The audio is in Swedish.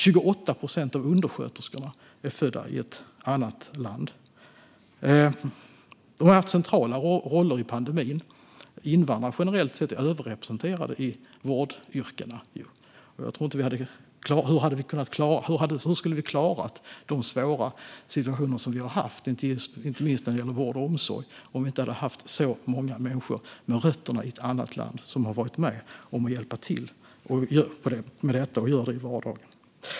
28 procent av undersköterskorna är födda i ett annat land. De har haft centrala roller i pandemin. Invandrare är generellt sett överrepresenterade i vårdyrkena. Hur skulle vi ha klarat de svåra situationer som vi har haft, inte minst i vård och omsorg, om vi inte hade haft så många människor med rötterna i ett annat land som hade varit med och hjälpt till med detta? Det gör de också i vardagen.